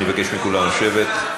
אני מבקש מכולם לשבת.